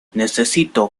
necesito